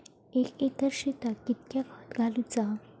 एक एकर शेताक कीतक्या खत घालूचा?